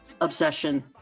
obsession